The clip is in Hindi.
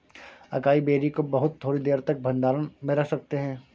अकाई बेरी को बहुत थोड़ी देर तक भंडारण में रख सकते हैं